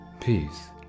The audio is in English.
peace